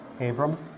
Abram